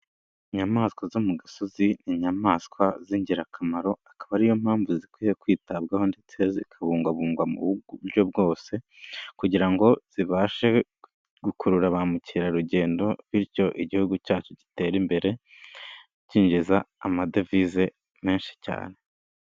Inyamaswa zo mu gasozi, ni inyamaswa z'ingirakamaro, akaba ariyo mpamvu zikwiye kwitabwaho ndetse zikabungabungwa muburyo bwose kugira ngo zibashe gukurura ba mukerarugendo bityo igihugu cyacu giterare imbere, cyinjiza amadevize menshi cyane.